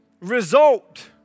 result